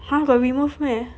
!huh! got remove meh